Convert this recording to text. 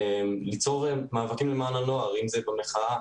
ליצור מאבקים למען הנוער, אם זה במחאה